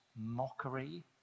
Mockery